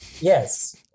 Yes